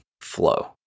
flow